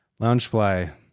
Loungefly